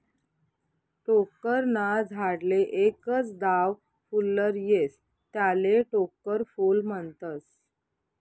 टोक्कर ना झाडले एकच दाव फुल्लर येस त्याले टोक्कर फूल म्हनतस